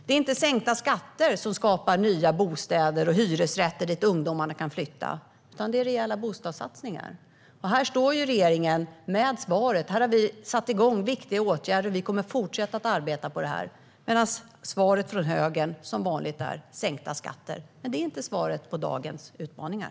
Det är inte sänkta skatter som skapar nya bostäder och hyresrätter dit ungdomarna kan flytta, utan det är rejäla bostadssatsningar. Här står regeringen med svaret. Här har vi satt igång viktiga åtgärder, och vi kommer att fortsätta att arbeta med dem. Svaret från högern är som vanligt sänkta skatter. Men det är inte svaret på dagens utmaningar.